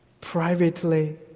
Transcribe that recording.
privately